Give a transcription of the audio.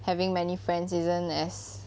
having many friends isn't as